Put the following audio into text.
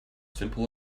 simple